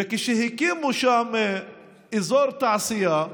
וכשהקימו שם אזור תעשייה,